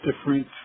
different